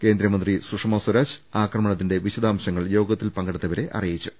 കേന്ദ്ര മന്ത്രി സുഷമസ്വരാജ് ആക്രമണത്തിന്റെ വിശദാംശങ്ങൾ യോഗ ത്തിൽ പങ്കെടുത്തവരെ അറിയിച്ചു